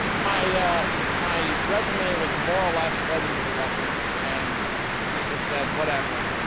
my my resume was more or less read into the record and they just said, whatever.